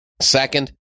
Second